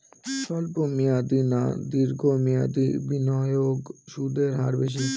স্বল্প মেয়াদী না দীর্ঘ মেয়াদী বিনিয়োগে সুদের হার বেশী?